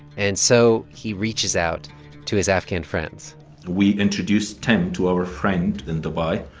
and so he reaches out to his afghan friends we introduced tim to our friend in dubai.